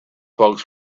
folks